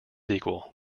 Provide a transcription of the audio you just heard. equal